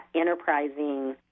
enterprising